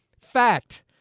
Fact